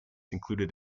included